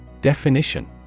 Definition